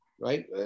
Right